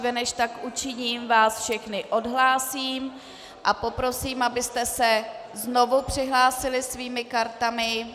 Dříve než tak učiním, vás všechny odhlásím a poprosím, abyste se znovu přihlásili svými kartami.